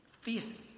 faith